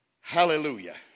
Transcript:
Hallelujah